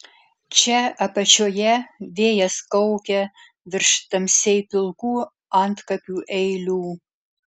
čia apačioje vėjas kaukia virš tamsiai pilkų antkapių eilių